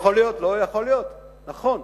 נכון,